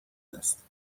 است